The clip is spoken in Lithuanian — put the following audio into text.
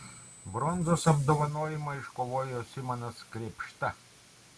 bronzos apdovanojimą iškovojo simonas krėpšta